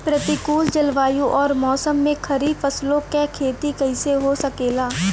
प्रतिकूल जलवायु अउर मौसम में खरीफ फसलों क खेती कइसे हो सकेला?